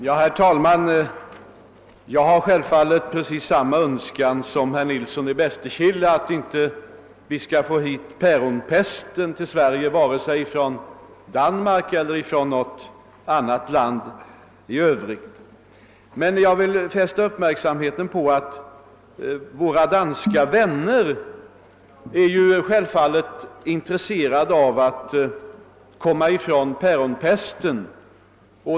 Herr talman! Jag har självfallet precis samma önskan som herr Nilsson i Bästekille att vi inte skall få in päronpesten i Sverige vare sig från Danmark eller från något annat land. Men jag vill fästa uppmärksamheten på att våra danska vänner självfallet är intresserade av att utrota päronpesten.